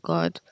God